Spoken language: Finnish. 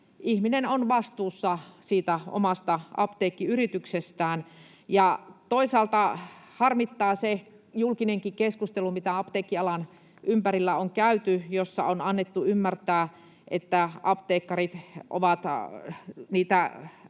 ihminen on vastuussa siitä omasta apteekkiyrityksestään. Toisaalta harmittaa se julkinenkin keskustelu, mitä apteekkialan ympärillä on käyty ja jossa on annettu ymmärtää, että apteekkarit ovat niitä